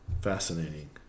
Fascinating